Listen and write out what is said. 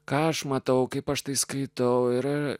ką aš matau kaip aš tai skaitau yra